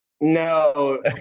No